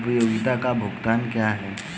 उपयोगिता भुगतान क्या हैं?